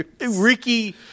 Ricky